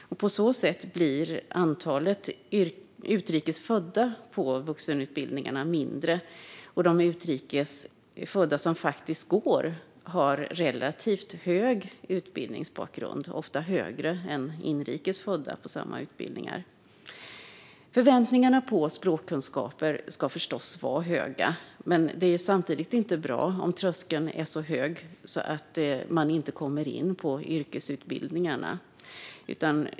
På så sätt blir antalet utrikes födda på vuxenutbildningarna mindre, och de utrikes födda som faktiskt går har relativt hög utbildningsbakgrund, ofta högre än inrikes födda på samma utbildningar. Förväntningarna på språkkunskaper ska förstås vara höga, men det är samtidigt inte bra om tröskeln är så hög att personer inte kommer in på yrkesutbildningarna.